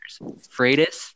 Freitas